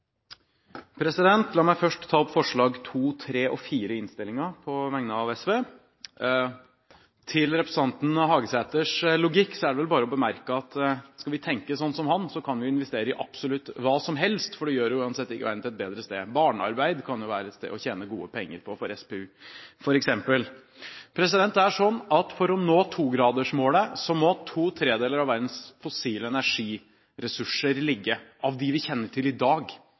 SV. Til representanten Hagesæters logikk er det vel bare å bemerke at skal vi tenke slik som han, kan vi investere i absolutt hva som helst, for det gjør uansett ikke verden til et bedre sted. Barnearbeid, f.eks., kan jo SPU tjene gode penger på. Det er slik at for å nå 2-gradersmålet må to tredjedeler av verdens fossile energiressurser av dem vi kjenner til i dag,